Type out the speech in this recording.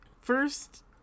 first